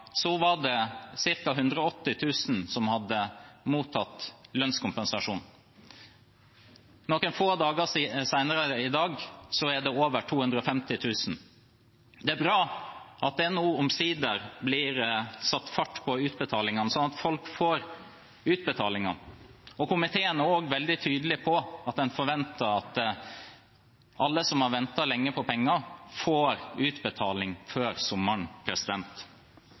var det ca. 180 000 som hadde mottatt lønnskompensasjon. Noen få dager senere, i dag, er det over 250 000. Det er bra at det nå omsider blir satt fart på utbetalingene, så folk får pengene. Komiteen er også veldig tydelig på at en forventer at alle som har ventet lenge på penger, får utbetaling før sommeren.